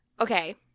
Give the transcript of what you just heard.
Okay